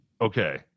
Okay